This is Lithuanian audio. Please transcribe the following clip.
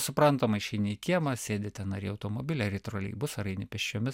suprantama išeini į kiemą sėdi ten ar į automobilį ar į troleibusą ar eini pėsčiomis